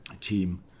team